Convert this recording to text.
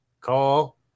call